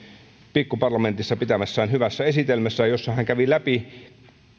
pikkuparlamentissa pitämässään hyvässä esitelmässä jossa hän kävi läpi